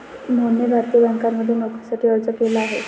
मोहनने भारतीय बँकांमध्ये नोकरीसाठी अर्ज केला आहे